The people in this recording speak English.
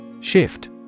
Shift